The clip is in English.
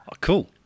cool